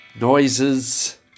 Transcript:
noises